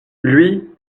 lui